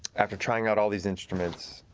after trying out all these instruments,